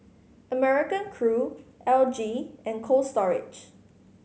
American Crew L G and Cold Storage